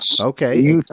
Okay